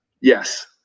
Yes